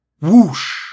Whoosh